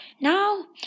Now